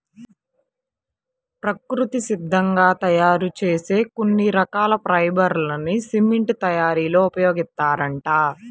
ప్రకృతి సిద్ధంగా తయ్యారు చేసే కొన్ని రకాల ఫైబర్ లని సిమెంట్ తయ్యారీలో ఉపయోగిత్తారంట